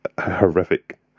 horrific